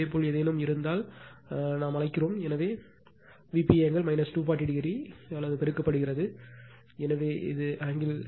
இதேபோல் ஏதேனும் இருந்தால் நாம் அழைக்கிறோம் எனவே ஆங்கிள் 240o அது பெருக்கப்படுகிறது 1 என்று வைத்துக்கொள்வோம்